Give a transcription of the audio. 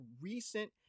recent